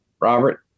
Robert